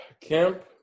Camp